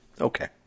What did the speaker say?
okay